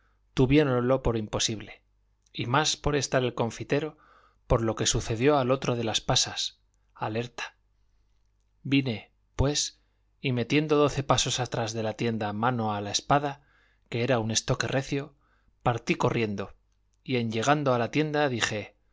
mano tuviéronlo por imposible y más por estar el confitero por lo que sucedió al otro de las pasas alerta vine pues y metiendo doce pasos atrás de la tienda mano a la espada que era un estoque recio partí corriendo y en llegando a la tienda dije